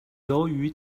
由于